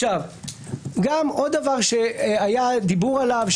עוד דבר שהיה דיבור עליו.